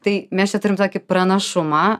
tai mes čia turim tokį pranašumą